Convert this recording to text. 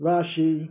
Rashi